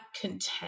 content